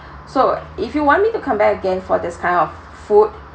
so if you want me to come back again for this kind of food